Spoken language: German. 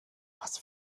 was